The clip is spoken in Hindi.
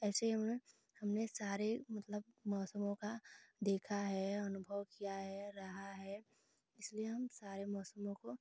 ऐसे ही हमने हमने सारे मतलब मौसमों का देखा है अनुभव किया है रहा है इसलिए हम सारे मौसमों को